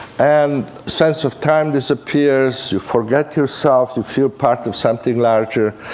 and sense of time disappears, you forget yourself, you feel part of something larger.